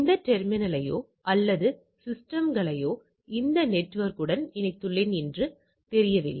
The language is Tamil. இந்த டெர்மினலயோ அல்லது சிஸ்டம்களையோ இந்த நெட்வொர்க் உடன் இணைத்துள்ளேன் என்று தெரியவில்லை